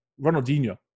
Ronaldinho